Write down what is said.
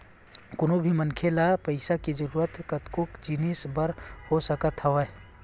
कोनो भी मनखे ल पइसा के जरुरत कतको जिनिस बर हो सकत हवय